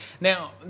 Now